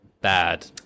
bad